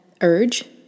urge